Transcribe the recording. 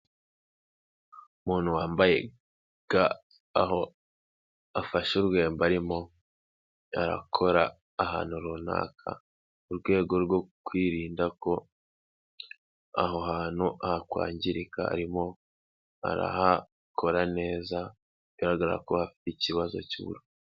Umuntu wambaye ga aho afashe urwembe arimo arakora ahantu runaka mu rwego rwo kwirinda ko aho hantu hakwangirika, arimo arahakora neza bigaragara ko hafite ikibazo kibura.